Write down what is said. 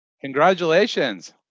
Congratulations